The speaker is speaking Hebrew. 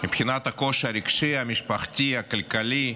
מבחינת הקושי הרגשי, המשפחתי, הכלכלי,